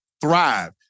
thrive